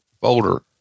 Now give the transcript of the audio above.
folder